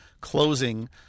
closing